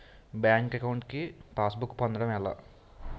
Bank account కి passbook పొందడం ఎలా?